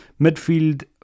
Midfield